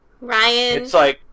Ryan